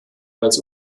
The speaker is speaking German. als